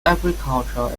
agricultural